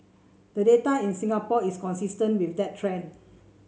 the data in Singapore is consistent with that trend